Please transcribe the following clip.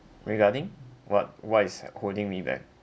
regarding what what is h~ holding me back